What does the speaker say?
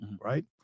Right